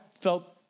felt